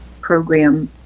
program